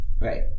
right